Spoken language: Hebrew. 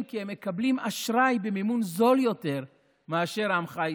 כי היא מקבלת אשראי במימון זול יותר מאשר עמך ישראל.